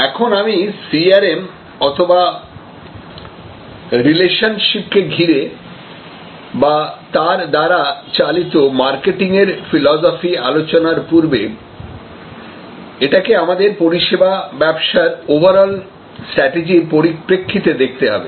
এখন আমি CRM অথবা রিলেশনশিপকে ঘিরে বা তার দ্বারা চালিত মার্কেটিং এর ফিলোসফি আলোচনার পূর্বে এটাকে আমাদের পরিষেবা ব্যবসার ওভারঅল স্ট্র্যাটেজির পরিপ্রেক্ষিতে দেখতে হবে